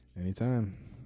Anytime